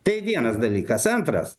tai vienas dalykas antras